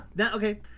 Okay